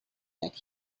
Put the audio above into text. that